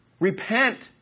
Repent